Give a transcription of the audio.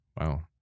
Wow